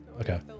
okay